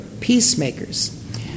peacemakers